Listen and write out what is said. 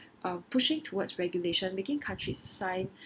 uh pushing towards regulation making countries sign